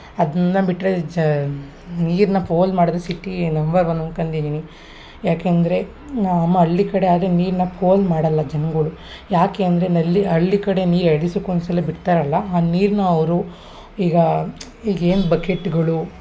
ಅದನ್ನ ಬಿಟ್ಟರೆ ಜಾ ನೀರನ್ನ ಪೋಲು ಮಾಡೋದೇ ಸಿಟಿ ನಂಬರ್ ಒನ್ ಅನ್ಕೊಂಡಿದ್ದೀನಿ ಯಾಕಂದರೆ ನಾ ಮಾ ಹಳ್ಳಿ ಕಡೆ ಆದರೆ ನೀರನ್ನ ಪೋಲು ಮಾಡಲ್ಲ ಜನ್ಗಳು ಯಾಕೆ ಅಂದರೆ ನಲ್ಲಿ ಹಳ್ಳಿ ಕಡೆ ನೀರು ಎರಡು ದಿಸಕ್ಕೆ ಒಂದು ಸಲ ಬಿಡ್ತಾರಲ್ಲ ಆ ನೀರನ್ನ ಅವರು ಈಗ ಈಗೇನು ಬಕೆಟ್ಗಳು